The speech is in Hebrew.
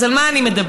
אז על מה אני מדברת?